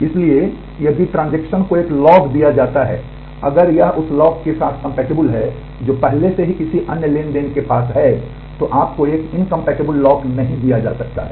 इसलिए यदि ट्रांजेक्शन दिया जाता है अगर यह उस लॉक के साथ कम्पेटिबल है जो पहले से ही किसी अन्य ट्रांज़ैक्शन के पास है तो आपको एक इनकम्पेटिबल लॉक नहीं दिया जा सकता है